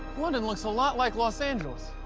london looks a lot like los angeles.